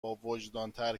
باوجدانتر